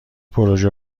پروژه